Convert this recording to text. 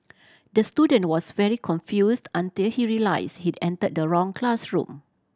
the student was very confused until he realised he entered the wrong classroom